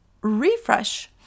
refresh